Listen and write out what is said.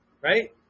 Right